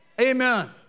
Amen